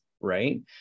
Right